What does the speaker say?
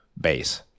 base